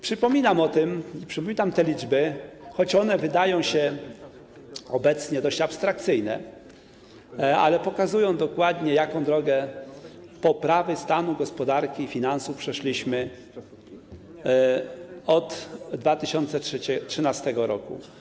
Przypominam o tym, przypominam te liczby, choć one wydają się obecnie dość abstrakcyjne, ale pokazują dokładnie, jaką drogę poprawy stanu gospodarki finansów przeszliśmy od 2013 r.